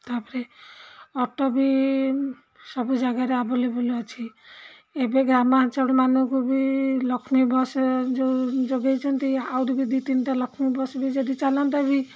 ତା'ପରେ ଅଟୋ ବି ସବୁ ଜାଗାରେ ଆଭେଲେବୁଲ୍ ଅଛି ଏବେ ଗ୍ରାମ ଅଞ୍ଚଳ ମାନଙ୍କୁ ବି ଲକ୍ଷ୍ମୀ ବସ୍ ଯେଉଁ ଯୋଗାଇଛନ୍ତି ଆହୁରି ବି ଦୁଇ ତିନିଟା ଲକ୍ଷ୍ମୀ ବସ୍ବି ଯଦି ଚାଲନ୍ତା ବି